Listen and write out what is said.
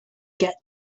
get